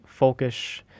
folkish